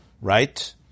Right